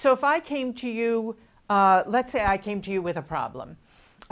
so if i came to you let's say i came to you with a problem